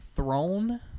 throne